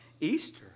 Easter